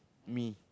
me